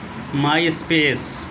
my space